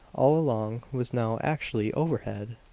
all along, was now actually overhead!